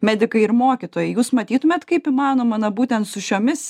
medikai ir mokytojai jūs matytumėt kaip įmanoma na būtent su šiomis